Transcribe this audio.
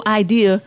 idea